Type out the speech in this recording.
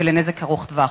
ולנזק ארוך טווח.